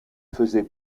faisait